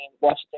Washington